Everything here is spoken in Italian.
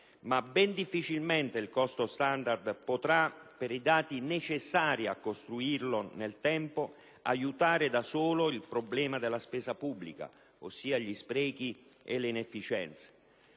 ma ben difficilmente il costo standard potrà, per i dati necessari a costruirlo nel tempo, aiutare da solo il problema della spesa pubblica, ossia gli sprechi e le inefficienze.